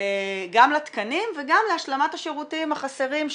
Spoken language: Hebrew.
גם לתקנים וגם להשלמת השירותים החסרים.